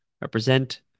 represent